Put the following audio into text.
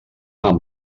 amb